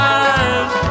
eyes